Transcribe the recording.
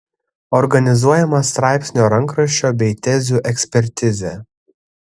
organizuojama straipsnio rankraščio bei tezių ekspertizė